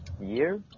year